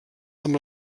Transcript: amb